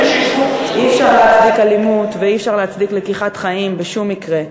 אי-אפשר להצדיק אלימות ואי-אפשר להצדיק לקיחת חיים בשום מקרה.